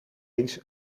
eens